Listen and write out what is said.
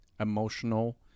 emotional